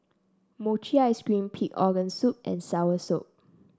Mochi Ice Cream Pig Organ Soup and Soursop